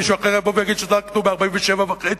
מישהו אחר יבוא ויגיד שהוא צדק ב-1947 וחצי.